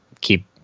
keep